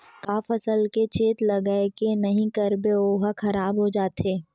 का फसल के चेत लगय के नहीं करबे ओहा खराब हो जाथे?